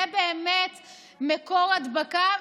זה באמת מקור הדבקה,